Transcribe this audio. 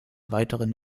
weiteren